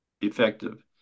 effective